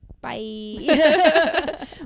bye